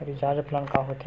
Recharge plan का होथे?